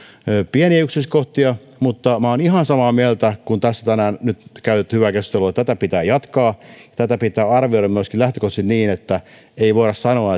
pieniä yksityiskohtia mutta minä olen ihan samaa mieltä kuin tässä tänään nyt käydyssä hyvässä keskustelussa on oltu tätä pitää jatkaa tätä pitää arvioida myöskin lähtökohtaisesti niin että ei voida sanoa